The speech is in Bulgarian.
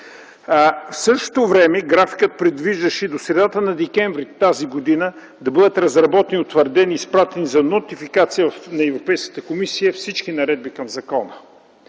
В същото време графикът предвиждаше до средата на декември тази година да бъдат разработени, утвърдени и изпратени за нотификация в Европейската комисия всички наредби към закона.